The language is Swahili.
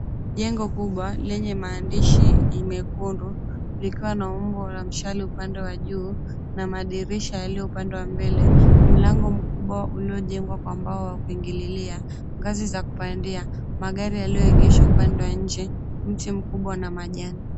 Jengo kubwa lenye maandishi imekundu likiwa na umbo la mshale upande wa juu na madirisha yalio upande wa mbele. Mlango mkubwa uliojengwa kwa mbao wa kuingilia. Ngazi za kupandia, magari yalioegeshwa upande wa nje, mti mkubwa na majani.